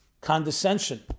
condescension